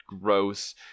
gross